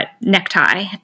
necktie